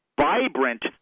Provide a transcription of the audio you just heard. vibrant